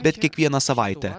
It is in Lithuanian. bet kiekvieną savaitę